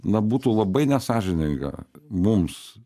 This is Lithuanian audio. na būtų labai nesąžininga mums